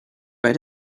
bei